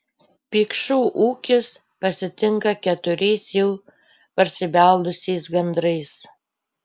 pikšų ūkis pasitinka keturiais jau parsibeldusiais gandrais